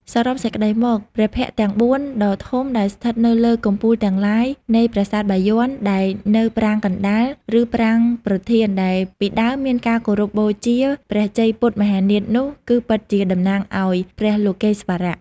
សរុបសេចក្តីមក ព្រះភ័ក្ត្រទាំង៤ ដ៏ធំដែលស្ថិតនៅលើកំពូលទាំងឡាយនៃប្រាសាទបាយ័ន ដែលនៅប្រាង្គកណ្តាល ឬប្រាង្គប្រធានដែលពីដើមមានការគោរពបូជាព្រះជ័យពុទ្ធមហានាថនោះ គឺពិតជាតំណាងឱ្យព្រះលោកេស្វរៈ។